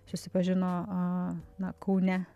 susipažino a na kaune